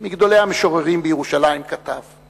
מגדולי המשוררים בירושלים, כתב: